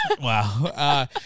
Wow